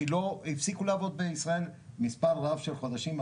כי הפסיקו לעבוד בישראל מספר רב של חודשים,